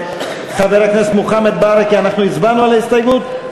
חבר הכנסת מוחמד ברכה, אנחנו הצבענו על ההסתייגות?